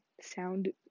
sound